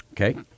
Okay